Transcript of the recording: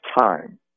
time